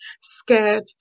scared